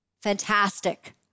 fantastic